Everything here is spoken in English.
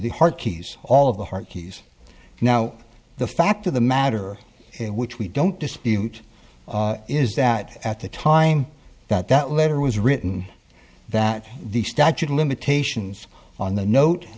the heart keys all of the heart keys now the fact of the matter which we don't dispute is that at the time that that letter was written that the statute of limitations on the note